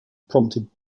prompted